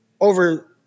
over